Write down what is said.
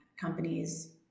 Companies